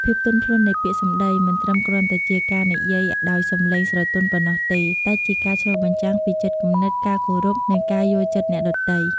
ភាពទន់ភ្លន់នៃពាក្យសម្ដី មិនមែនគ្រាន់តែជាការនិយាយដោយសំឡេងស្រទន់ប៉ុណ្ណោះទេ តែជាការឆ្លុះបញ្ចាំងពីចិត្តគំនិត ការគោរព និងការយល់ចិត្តអ្នកដទៃ។